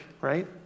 Right